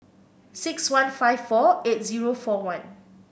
six one five four eight zero four one